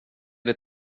det